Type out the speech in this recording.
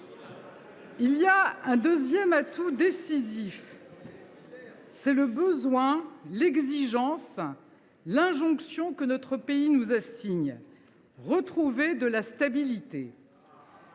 Il y a un deuxième atout décisif. C’est le besoin, l’exigence, l’injonction que notre pays nous assigne : retrouver de la stabilité.